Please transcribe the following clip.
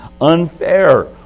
unfair